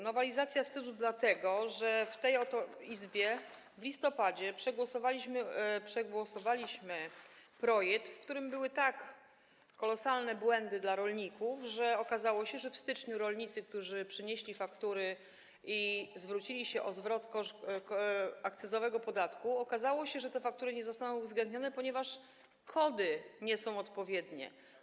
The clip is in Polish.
Nowelizacja wstydu dlatego, że w tej oto Izbie w listopadzie przegłosowaliśmy projekt, w którym były tak kolosalne błędy dla rolników, że okazało się, że w styczniu rolnicy przynieśli faktury i zwrócili się o zwrot podatku akcyzowego, a okazało się, że te faktury nie zostaną uwzględnione, ponieważ kody nie są odpowiednie.